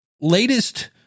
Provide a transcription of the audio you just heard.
latest